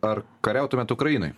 ar kariautumėt ukrainoj